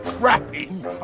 trapping